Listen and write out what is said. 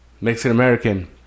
Mexican-American